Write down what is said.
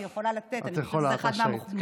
אני יכולה לתת, זאת אחת מהמומחיויות שלי.